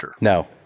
No